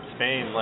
Spain